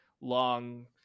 long